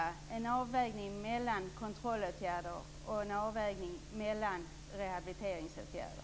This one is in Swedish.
Vi måste göra en avvägning mellan kontrollåtgärder och rehabiliteringsåtgärder.